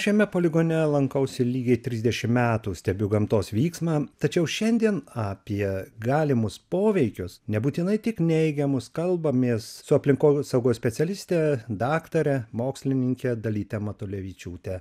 šiame poligone lankausi lygiai trisdešim metų stebiu gamtos vyksmą tačiau šiandien apie galimus poveikius nebūtinai tik neigiamus kalbamės su aplinkosaugos specialiste daktare mokslininke dalyte matulevičiūte